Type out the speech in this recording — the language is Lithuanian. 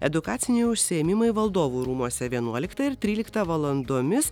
edukaciniai užsiėmimai valdovų rūmuose vienuoliktą ir tryliktą valandomis